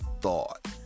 thought